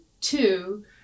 two